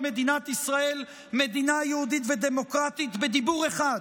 מדינת ישראל מדינה יהודית ודמוקרטית בדיבור אחד,